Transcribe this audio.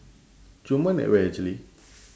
tioman at where actually